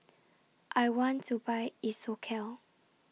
I want to Buy Isocal